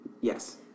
Yes